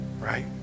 Right